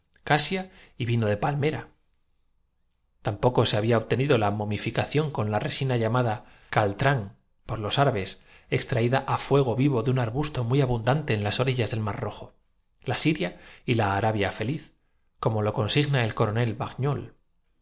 mirra casia y vino de palmera tampoco se había obtenido la momificación con la resina llamada kcitran por los árabes extraída á fuego vivo de un arbusto muy abundante en las orillas del mar rojo la siria y la arabia feliz como lo consigna el coronel